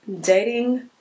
dating